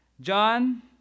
John